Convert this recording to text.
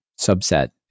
subset